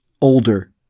older